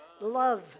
Love